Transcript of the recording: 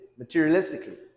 materialistically